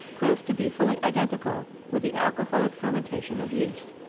proved to be fully identical with the alcoholic fermentation of yeast.